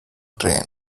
train